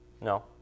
No